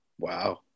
Wow